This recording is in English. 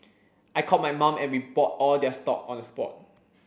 I called my mum and we bought all their stock on the spot